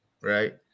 right